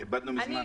נא לסכם.